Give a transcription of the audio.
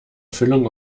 füllung